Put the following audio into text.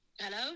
hello